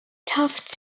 taft